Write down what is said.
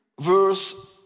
verse